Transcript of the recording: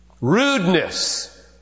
rudeness